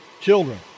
children